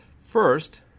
First